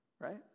right